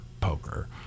poker